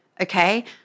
okay